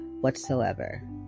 whatsoever